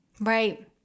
Right